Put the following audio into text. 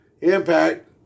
Impact